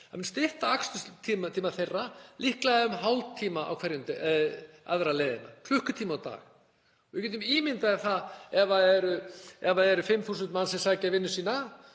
það mun stytta aksturstíma þeirra um líklega hálftíma á hverja leiðina, klukkutíma á dag. Við getum ímyndað okkur að ef það eru 5.000 manns sem sækja vinnu sína